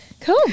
Cool